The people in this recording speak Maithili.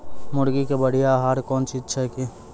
मुर्गी के बढ़िया आहार कौन चीज छै के?